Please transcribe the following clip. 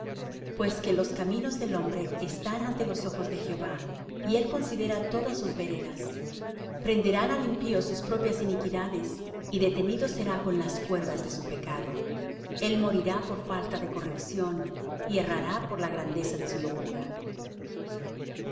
pues que los caminos del hombre están ante los ojos de jehová y él considera todas sus veredas prenderán al impío sus propias iniquidades y detenido será con las cuerdas de su pecado el morirá por falta de corrección y errará por la grandeza de su locura